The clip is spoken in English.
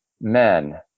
men